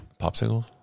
Popsicles